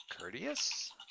courteous